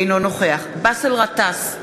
אינו נוכח באסל גטאס,